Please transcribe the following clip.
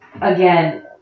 again